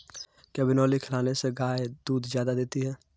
क्या बिनोले खिलाने से गाय दूध ज्यादा देती है?